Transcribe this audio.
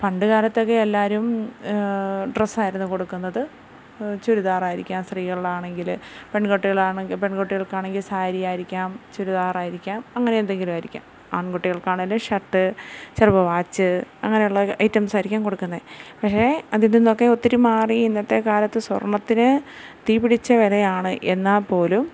പണ്ട് കാലത്തൊക്കെ എല്ലാവരും ഡ്രസ്സായിരുന്നു കൊടുക്കുന്നത് ചുരിദാറായിരിക്കാം സ്ത്രീകളിലാണെങ്കില് പെൺകുട്ടികളാണെങ്കിൽ പെൺകുട്ടികൾക്കാണെങ്കിൽ സാരി ആയിരിക്കാം ചുരിദാറായിരിക്കാം അങ്ങനെ എന്തെങ്കിലും ആയിരിക്കാം ആൺകുട്ടികൾക്കാണേല് ഷർട്ട് ചിലപ്പം വാച്ച് അങ്ങനെയുള്ള ഐറ്റംസായിരിക്കും കൊടുക്കുന്നത് പക്ഷെ അതിൽ നിന്നൊക്കെ ഒത്തിരി മാറി ഇന്നത്തെക്കാലത്ത് സ്വർണത്തിന് തീപിടിച്ച വിലയാണ് എന്നാൽ പോലും